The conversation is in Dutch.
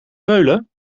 veulen